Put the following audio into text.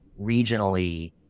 regionally